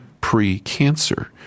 pre-cancer